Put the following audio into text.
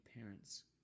parents